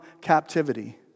captivity